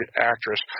actress